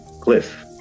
cliff